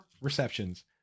receptions